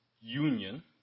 union